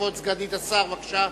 כבוד סגנית השר, בבקשה.